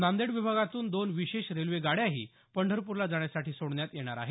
नांदेड विभागातून दोन विशेष रेल्वेगाड्याही पंढरपूरला जाण्यासाठी सोडण्यात येणार आहेत